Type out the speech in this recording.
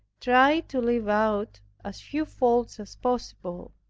try to leave out as few faults as possible.